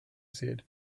said